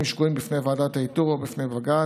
שגויים בפני ועדת האיתור או בפני בג"ץ,